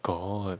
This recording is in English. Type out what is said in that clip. got